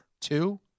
two